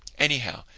anyhow,